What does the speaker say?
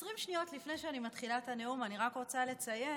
20 שניות לפני שאני מתחילה את הנאום אני רק רוצה לציין,